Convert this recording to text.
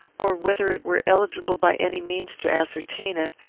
or whether it were eligible by any means to ascertain it,